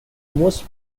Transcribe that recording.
most